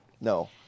no